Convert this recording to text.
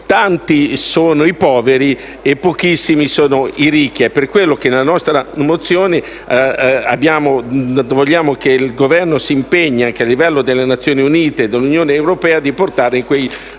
tanti sono i poveri e pochissimi i ricchi. È per tale ragione che con la nostra risoluzione vogliamo che il Governo si impegni, anche a livello delle Nazioni Unite e dell'Unione europea per portare in quei